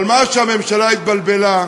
אבל מה שהממשלה התבלבלה בו,